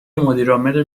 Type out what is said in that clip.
مدیرعامل